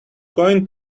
going